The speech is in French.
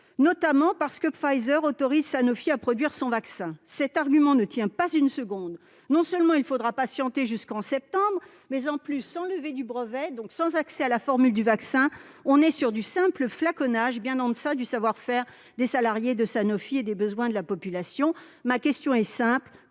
notamment parce que Pzifer autorise Sanofi à produire son vaccin. Cet argument ne tient pas une seconde ! Non seulement il faudra patienter jusqu'en septembre prochain, mais, en plus, sans levée du brevet, donc sans accès à la formule du vaccin, on en reste à du simple flaconnage, bien en deçà du savoir-faire des salariés de Sanofi et des besoins de la population. Ma question est simple